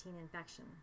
infection